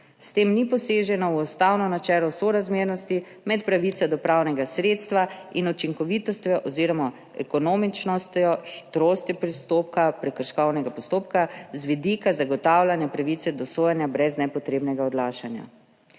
S tem ni poseženo v ustavno načelo sorazmernosti med pravico do pravnega sredstva in učinkovitostjo oziroma ekonomičnostjo, hitrostjo prekrškovnega postopka z vidika zagotavljanja pravice do sojenja brez nepotrebnega odlašanja.